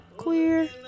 clear